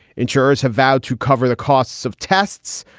insurers have vowed to cover the costs of tests,